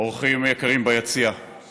אורחים יקרים ביציע,